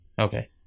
Okay